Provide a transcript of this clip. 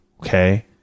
okay